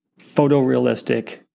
photorealistic